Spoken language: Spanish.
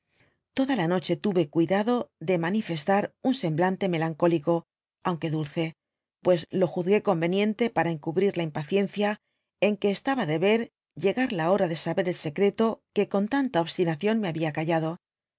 toda la noche tuve cuidado de manifestar un semblante melancólico aunque dulce pues lo juzgué conjeniente para encubrir la impaciencia en que estaba de ver llegar la hora de saber el secreto que con tanta dby google obstinación me había callado